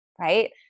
Right